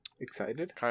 Excited